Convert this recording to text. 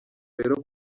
rero